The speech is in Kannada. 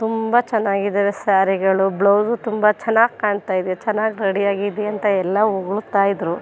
ತುಂಬ ಚೆನ್ನಾಗಿದ್ದಾವೆ ಸ್ಯಾರಿಗಳು ಬ್ಲೌಸು ತುಂಬ ಚೆನ್ನಾಗಿ ಕಾಣ್ತಾಯಿದೆ ಚೆನ್ನಾಗಿ ರೆಡಿ ಆಗಿದ್ಯಂತಾ ಎಲ್ಲ ಹೊಗುಳ್ತಾ ಇದ್ದರು